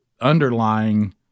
underlying